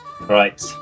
Right